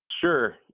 Sure